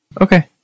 okay